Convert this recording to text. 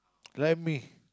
like me